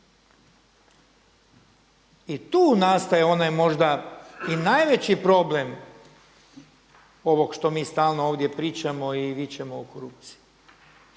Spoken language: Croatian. I tu nastaje onaj možda i najveći problem ovog što mi stalno ovdje pričamo i vičemo o korupciji.